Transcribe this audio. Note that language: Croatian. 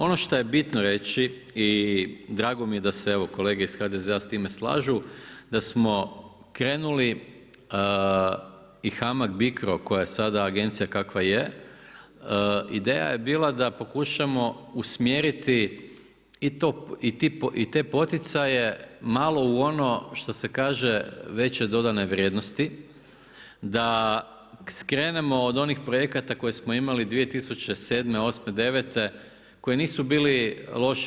Ono što je bitno reći i drago mi je da se kolege iz HDZ-a s time slažu, da smo krenuli i HAMAG BICRO koja je sada agencija kakva je, ideja je bila da pokušamo usmjeriti i te poticaje malo u ono, što se kaže veće dodane vrijednosti, da skrenemo od onih projekata koje smo imali 2007., 08', 09', koje nisu bili loši.